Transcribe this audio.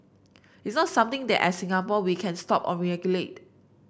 it's not something that as Singapore we can stop or regulate